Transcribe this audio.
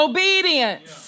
Obedience